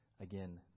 again